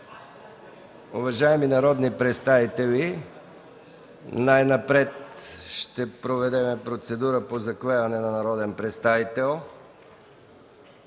Уважаеми народни представители, най-напред ще проведем процедура по заклеване на народен представител.